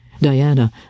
Diana